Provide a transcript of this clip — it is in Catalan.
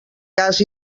cas